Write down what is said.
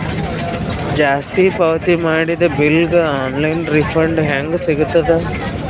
ಜಾಸ್ತಿ ಪಾವತಿ ಮಾಡಿದ ಬಿಲ್ ಗ ಆನ್ ಲೈನ್ ರಿಫಂಡ ಹೇಂಗ ಸಿಗತದ?